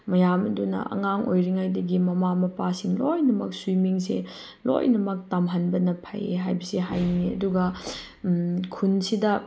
ꯃꯌꯥꯝ ꯑꯗꯨꯅ ꯑꯉꯥꯡ ꯑꯣꯏꯔꯤꯉꯩꯗꯒꯤ ꯃꯃꯥ ꯃꯄꯥꯁꯤꯡ ꯂꯣꯏꯅꯃꯛ ꯁ꯭ꯋꯤꯃꯤꯡꯁꯦ ꯂꯣꯏꯅꯃꯛ ꯇꯝꯍꯟꯕꯅ ꯐꯩ ꯍꯥꯏꯕꯁꯦ ꯍꯥꯏꯅꯤꯡꯉꯦ ꯑꯗꯨꯒ ꯈꯨꯟꯁꯤꯗ